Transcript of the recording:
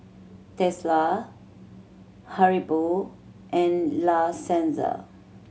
Tesla Haribo and La Senza